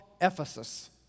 Ephesus